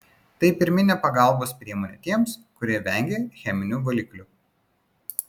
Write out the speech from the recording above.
tai pirminė pagalbos priemonė tiems kurie vengia cheminių valiklių